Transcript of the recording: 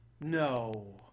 No